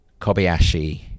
Kobayashi